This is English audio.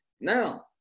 Now